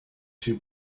too